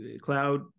cloud